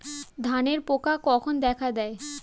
ধানের পোকা কখন দেখা দেয়?